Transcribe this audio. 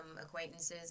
acquaintances